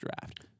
draft